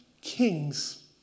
kings